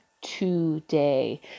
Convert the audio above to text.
today